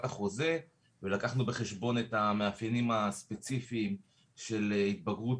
החוזה ולקחנו בחשבון את המאפיינים הספציפיים של התבגרות